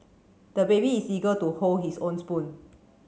the baby is eager to hold his own spoon